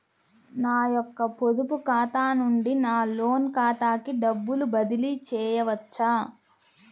నా యొక్క పొదుపు ఖాతా నుండి నా లోన్ ఖాతాకి డబ్బులు బదిలీ చేయవచ్చా?